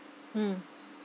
mm